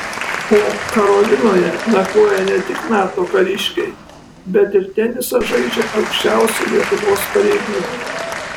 o karolinoje nakvoja ne tik nato kariškiai bet ir tenisą žaidžia aukščiausi lietuvos pareigūnai